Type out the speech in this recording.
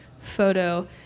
photo